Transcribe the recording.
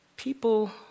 People